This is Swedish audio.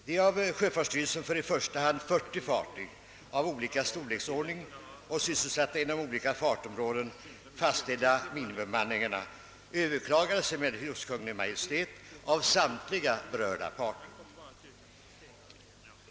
De av sjöfartsstyrelsen för i första hand 40 fartyg av olika storleksordning och sysselsatta inom olika fartområden fastställda minimibemanningarna Överklagades emellertid hos Kungl. Maj:t av samtliga berörda parter.